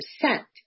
percent